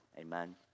Amen